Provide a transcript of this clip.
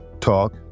talk